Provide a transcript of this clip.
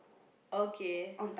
okay